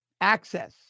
access